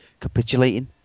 capitulating